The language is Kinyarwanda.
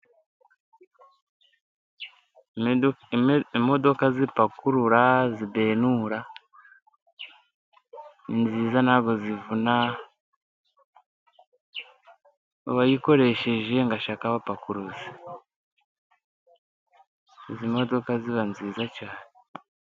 Imodoka zipakurura zibenura, ni nziza ntabwo zivuna uwayikoresheje ngo ashake abapakuruzi, izi modoka ziba nziza cyane.